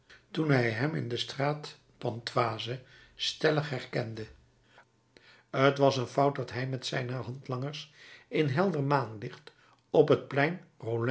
toen hij hem in de straat pontoise stellig herkende t was een fout dat hij met zijne handlangers in helder maanlicht op het plein